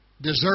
deserve